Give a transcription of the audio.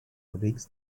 predicts